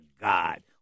god